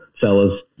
fellas